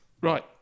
Right